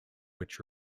which